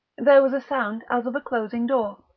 there was a sound as of a closing door,